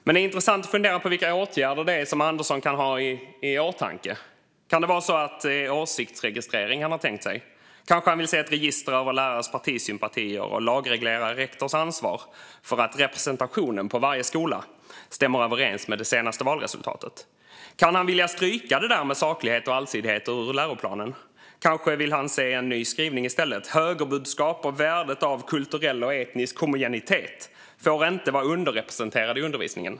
Men det är intressant att fundera över vilka åtgärder som Andersson kan ha i åtanke. Kan det vara åsiktsregistrering han tänker sig? Kanske han vill se ett register över lärares partisympatier och lagreglera rektors ansvar för att representationen på varje skola ska stämma överens med det senaste valresultatet. Kan han vilja stryka saklighet och allsidighet ur läroplanen? Kanske vill han se en ny skrivning i stället eller att högerbudskap och värdet av kulturell och etnisk homogenitet inte får vara underrepresenterad i undervisningen.